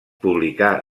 publicà